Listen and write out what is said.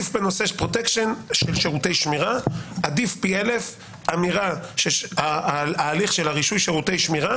בפרוטקשן של שירותי שמירה עדיף פי אלף אמירה של הליך שירותי שמירה.